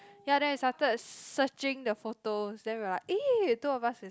ya then I started searching the photos then we were like eh two of us